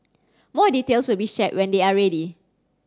more details will be shared when they are ready